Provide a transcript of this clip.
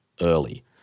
early